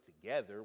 together